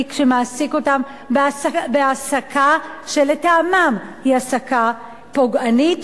שמעסיק אותם בהעסקה שלטעמם היא העסקה פוגענית.